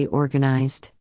organized